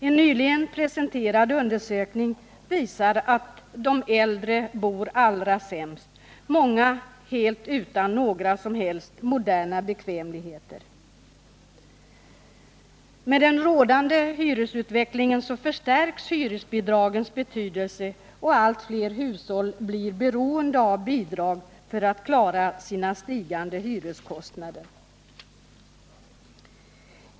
En nyligen presenterad undersökning visar att de äldre bor allra sämst, många helt utan moderna bekvämligheter. Med den rådande hyresutvecklingen förstärks hyresbidragens betydelse, och allt fler hushåll blir beroende av bidrag för att klara sina stigande hyreskostnader.